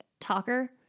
Talker